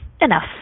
enough